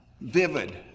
vivid